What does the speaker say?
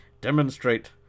demonstrate